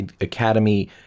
academy